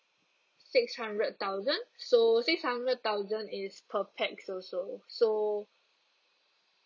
six hundred thousand so six hundred thousand is per pax also so